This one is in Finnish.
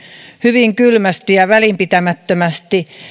hyvin kylmästi ja välinpitämättömästi